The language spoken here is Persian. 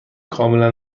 کاملا